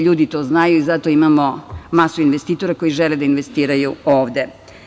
Ljudi to znaju i zato imamo masu investitora koji žele da investiraju ovde.